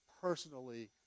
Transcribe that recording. personally